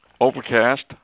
Overcast